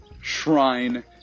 Shrine